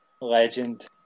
legend